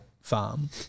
farm